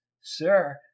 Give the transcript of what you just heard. Sir